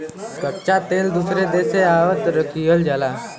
कच्चा तेल दूसरे देश से आयात किहल जाला